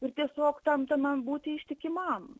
ir tiesiog ten ten man būti ištikimam